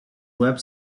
web